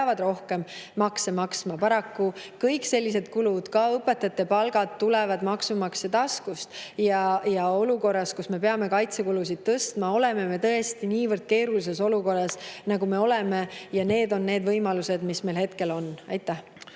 rohkem makse maksma. Paraku kõik sellised kulud, ka õpetajate palgad, tulevad maksumaksja taskust. [Oleme] olukorras, kus me peame kaitsekulusid tõstma – me oleme tõesti niivõrd keerulises olukorras –, ja need on need võimalused, mis meil hetkel on. Aitäh!